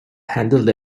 handled